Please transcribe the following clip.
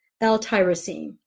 L-tyrosine